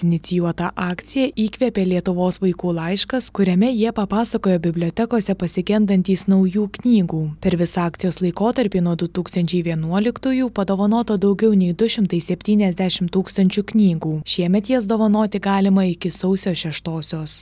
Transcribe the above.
inicijuota akcija įkvėpė lietuvos vaikų laiškas kuriame jie papasakojo bibliotekose pasigendantys naujų knygų per visą akcijos laikotarpį nuo du tūkstančiai vienuoliktųjų padovanota daugiau nei du šimtai septyniasdešimt tūkstančių knygų šiemet jas dovanoti galima iki sausio šeštosios